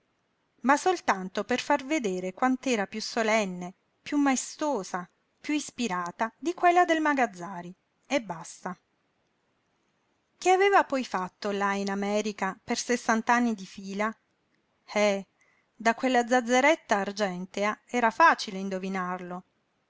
ma soltanto per far vedere quant'era piú solenne piú maestosa piú ispirata di quella del magazzari e basta che aveva poi fatto là in america per sessant'anni di fila eh da quella zazzeretta argentea era facile indovinarlo il